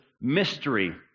mystery